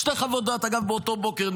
שתי חוות דעת שניתנו באותו בוקר,